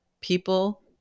people